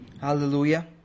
Hallelujah